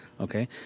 okay